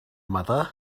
mother